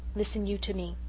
listen you to me.